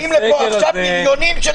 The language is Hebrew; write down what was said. הגיעו חוות דעת שלא קיבלנו עליהן תשובה.